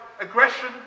aggression